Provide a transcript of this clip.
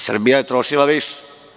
Srbija je trošila više.